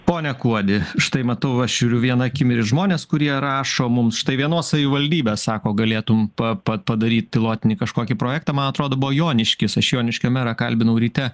pone kuodi štai matau aš žiūriu viena akim ir į žmones kurie rašo mums štai vienos savivaldybės sako galėtum pa pa padaryt pilotinį kažkokį projektą man atrodo buvo joniškis aš joniškio merą kalbinau ryte